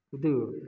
இது